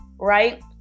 right